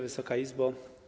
Wysoka Izbo!